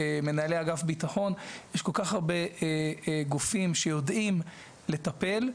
מנהלי אגף ביטחון יש כל כך הרבה גופים שיודעים לטפל,